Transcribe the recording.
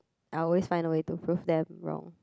I always find a way to prove them wrong